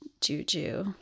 juju